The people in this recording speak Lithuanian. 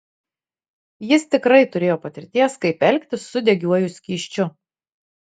jis tikrai turėjo patirties kaip elgtis su degiuoju skysčiu